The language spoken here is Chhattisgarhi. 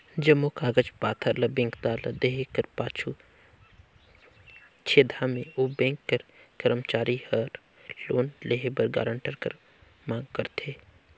जम्मो कागज पाथर ल बेंकदार ल देहे कर पाछू छेदहा में ओ बेंक कर करमचारी हर लोन लेहे बर गारंटर कर मांग करथे